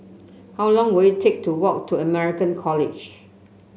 how long will it take to walk to American College